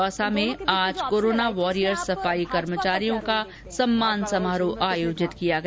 दौसा में आज corona warriors सफाई कर्मचारियों का सम्मान समारोह आयोजित किया गया